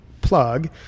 plug